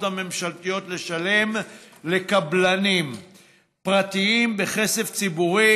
הממשלתיות לשלם לקבלנים פרטיים בכסף ציבורי